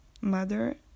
mother